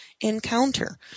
encounter